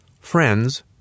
Friends